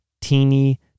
teeny